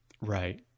Right